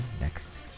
next